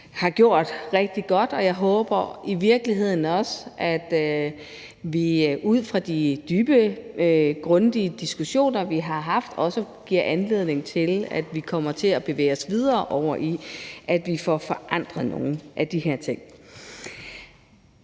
har gjort rigtig godt, og jeg håber i virkeligheden også, at de dybe, grundige diskussioner, vi har haft, giver anledning til, at vi kommer til at bevæge os videre med hensyn til at få forandret nogle af de her ting.